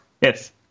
Yes